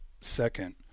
second